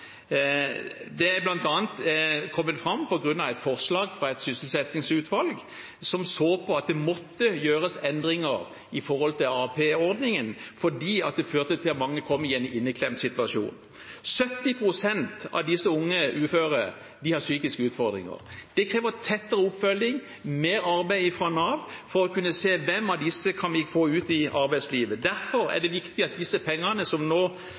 Det er bl.a. kommet fram på grunn av et forslag fra et sysselsettingsutvalg som så at det måtte gjøres endringer i AAP-ordningen, fordi det førte til at mange kom i en inneklemt situasjon. 70 pst. av disse unge uføre har psykiske utfordringer. Det krever tettere oppfølging og mer arbeid fra Nav for å kunne se hvem av disse vi kan få ut i arbeidslivet. Derfor er det viktig at pengene som nå